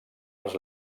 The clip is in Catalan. els